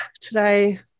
today